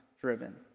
driven